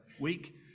week